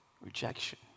rejection